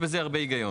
ומה יהיה אחרי שנתיים?